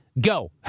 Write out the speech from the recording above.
Go